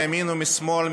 מימין ומשמאל,